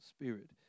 spirit